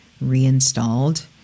reinstalled